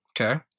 Okay